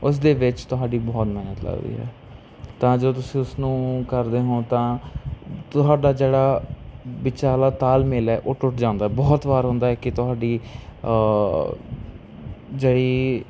ਉਸ ਦੇ ਵਿੱਚ ਤੁਹਾਡੀ ਬਹੁਤ ਮਿਹਨਤ ਲੱਗਦੀ ਹੈ ਤਾਂ ਜੋ ਤੁਸੀਂ ਉਸ ਨੂੰ ਕਰਦੇ ਹੋ ਤਾਂ ਤੁਹਾਡਾ ਜਿਹੜਾ ਵਿੱਚ ਵਾਲਾ ਤਾਲਮੇਲ ਹੈ ਉਹ ਟੁੱਟ ਜਾਂਦਾ ਬਹੁਤ ਵਾਰ ਹੁੰਦਾ ਹੈ ਕਿ ਤੁਹਾਡੀ ਜੇਈ